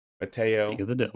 Mateo